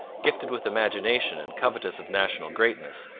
gifted with imagination and covetous of national greatness,